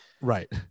Right